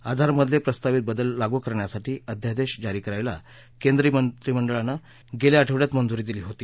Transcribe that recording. आधारमधलप्रिस्तावित बदल लागू करण्यासाठी अध्यादक्षजारी करायला केंद्रीय मंत्रिमंडळानगिस्ता आठवड्यात मंजुरी दिली होती